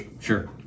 sure